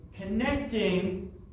connecting